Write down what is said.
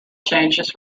changes